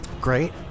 Great